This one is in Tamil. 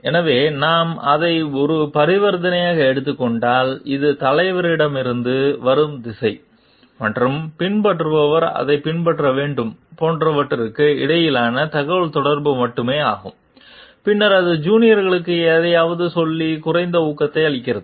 எனவே நாம் அதை ஒரு பரிவர்த்தனையாக எடுத்துக் கொண்டால் இது தலைவரிடமிருந்து வரும் திசை மற்றும் பின்பற்றுபவர் அதைப் பின்பற்ற வேண்டும் போன்றவற்றுக்கு இடையேயான தகவல்தொடர்பு மட்டுமே ஆகும் பின்னர் அது ஜூனியர்களுக்கு எதையாவது சொல்ல குறைந்த ஊக்கத்தை அளிக்கிறது